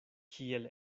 kiel